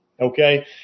okay